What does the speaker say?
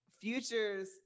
futures